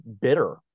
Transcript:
bitter